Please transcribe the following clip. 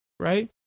Right